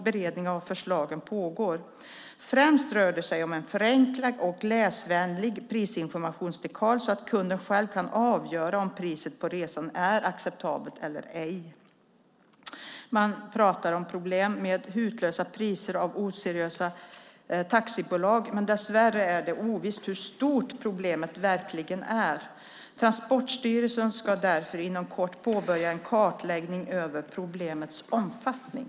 Beredning av förslagen pågår. Främst rör det sig om en förenklad och läsvänlig prisinformationsdekal så att kunden själv kan avgöra om priset på resan är acceptabelt eller ej. Man pratar om problem med "hutlösa" priser av oseriösa taxibolag men dess värre är det ovisst hur stort problemet verkligen är. Transportstyrelsen ska därför inom kort påbörja en kartläggning av problemets omfattning.